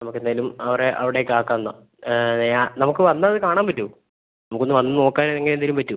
നമുക്ക് എന്തായാലും അവരെ അവിടേക്ക് ആക്കാം എന്നാൽ ആ നമുക്ക് വന്ന് അത് കാണാൻ പറ്റുവോ നമുക്ക് ഒന്ന് വന്ന് നോക്കാൻ അങ്ങനെ എന്തെങ്കിലും പറ്റുവോ